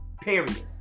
Period